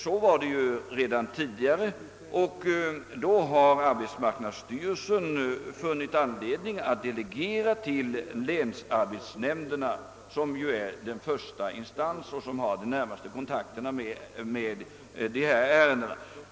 Så var det redan tidigare, och då fann arbetsmarknadsstyrelsen anledning att delegera till länsarbetsnämnderna, som ju är den första instansen och den som har den närmaste kontakten med dessa frågor.